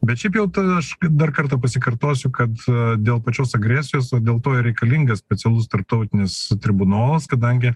bet šiaip jau tada aš dar kartą pasikartosiu kad dėl pačios agresijos o dėl to ir reikalingas specialus tarptautinis tribunolas kadangi